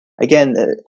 again